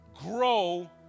grow